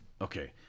Okay